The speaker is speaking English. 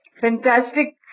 fantastic